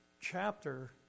chapter